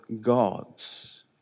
gods